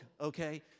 okay